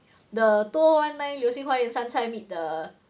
the two O one nine 流星花园杉菜 meet the